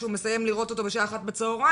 שהוא מסיים לראות אותו בשעה 13:00,